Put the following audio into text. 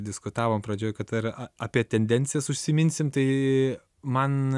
diskutavom pradžioj kad tai yra a apie tendencijas užsiminsim tai man